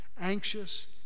anxious